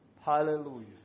Hallelujah